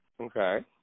Okay